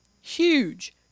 Huge